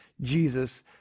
Jesus